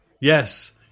Yes